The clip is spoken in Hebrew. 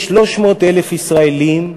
יש 300,000 ישראלים,